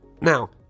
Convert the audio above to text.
Now